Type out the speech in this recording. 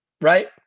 right